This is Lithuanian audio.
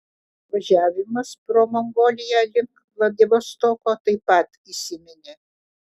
važiavimas pro mongoliją link vladivostoko taip pat įsiminė